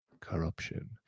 corruption